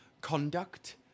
conduct